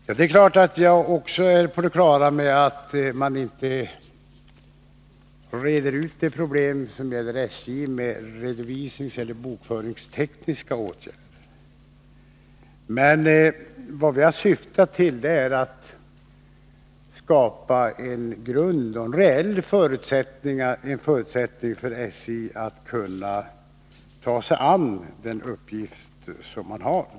Herr talman! Det är klart att också jag är på det klara med att man inte löser SJ:s problem med redovisningseller bokföringstekniska åtgärder. Vad vi har syftat till är att skapa en reell möjlighet för SJ att ta sig an den uppgift man har.